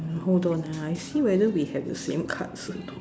uh hold on ah I see whether we have the same cards or not